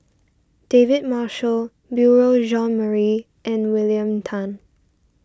David Marshall Beurel Jean Marie and William Tan